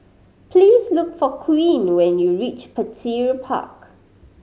please look for Queen when you reach Petir Park